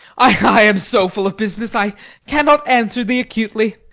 i am so full of business i cannot answer thee acutely.